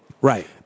Right